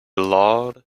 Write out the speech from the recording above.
loud